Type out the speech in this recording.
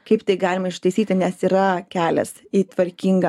kaip tai galima ištaisyti nes yra kelias į tvarkingą